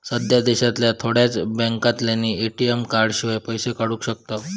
सध्या देशांतल्या थोड्याच बॅन्कांतल्यानी ए.टी.एम कार्डशिवाय पैशे काढू शकताव